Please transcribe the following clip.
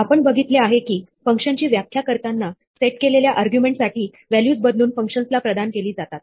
आपण बघितले आहे की फंक्शनची व्याख्या करताना सेट केलेल्या आर्ग्युमेंट साठी व्हॅल्यूज बदलून फंक्शन्स ला प्रदान केली जातात